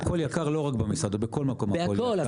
הכול יקר לא רק במסעדות, בכל מקום הכול יקר.